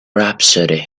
rhapsody